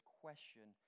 question